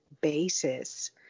basis